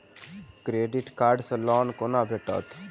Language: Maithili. क्रेडिट कार्ड सँ लोन कोना भेटत?